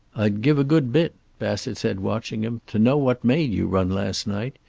i'd give a good bit, bassett said, watching him, to know what made you run last night.